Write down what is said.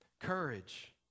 Courage